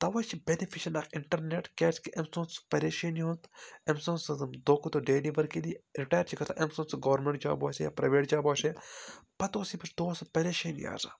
تَوَے چھِ بینفشل اتھ انٹرنیٹ کیازِ کہِ أمۍ سنٛد سُہ پریشٲنی ہُنٛد أمۍ سنٛد سُہ دۄہ کھۄتہٕ دۄہ دیلی ؤرکنی ریٹر چھِ گژھان أمی سنٛد سُہ گورمنٹ جاب آسہِ یا پریوٹ جاب آسہے پَتہٕ اوسأمِس دۄہس پریشٲنی آسان